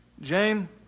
Jane